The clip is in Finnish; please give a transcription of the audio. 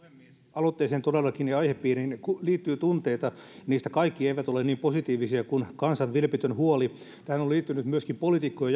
aloitteeseen ja aihepiiriin todellakin liittyy tunteita niistä kaikki eivät ole niin positiivisia kuin kansan vilpitön huoli tähän on liittynyt myöskin poliitikkoja